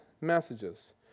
messages